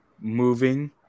moving